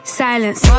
silence